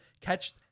catch